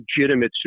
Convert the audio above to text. legitimate